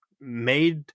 made